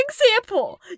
example